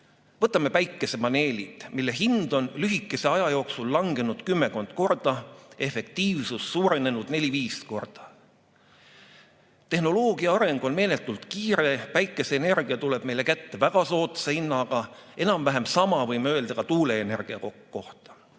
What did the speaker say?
Võtame päikesepaneelid, mille hind on lühikese aja jooksul langenud kümmekond korda, efektiivsus suurenenud neli kuni viis korda. Tehnoloogia areng on meeletult kiire, päikeseenergia tuleb meile kätte väga soodsa hinnaga. Enam-vähem sama võime öelda ka tuuleenergia kohta.